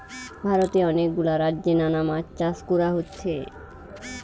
ভারতে অনেক গুলা রাজ্যে নানা মাছ চাষ কোরা হচ্ছে